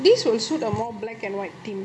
this will suit or a more black and white theme